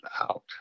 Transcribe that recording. out